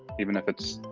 even if it's,